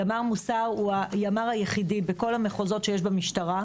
ימ"ר מוסר הוא הימ"ר היחידי בכל המחוזות שיש במשטרה,